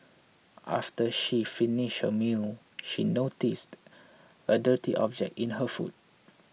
after she finished her meal she noticed a dirty object in her food